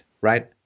Right